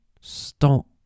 stop